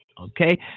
Okay